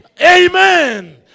Amen